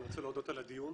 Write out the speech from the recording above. אני רוצה להודות על הדיון.